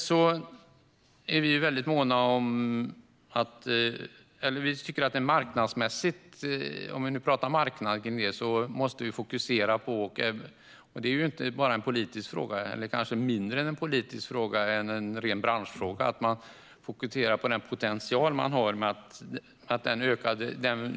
Om vi nu pratar om marknaden, och det kanske är mindre av en politisk fråga än en ren branschfråga, är vi väldigt måna om att man fokuserar på den potential vi har.